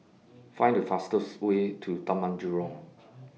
Find The fastest Way to Taman Jurong